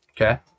okay